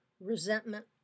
resentment